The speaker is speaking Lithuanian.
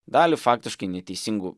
dalį faktiškai neteisingų